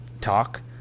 talk